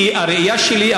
כי בראייה שלי,